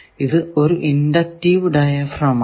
ഇത് ഒരു inductive diaphragm ആണ്